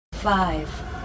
Five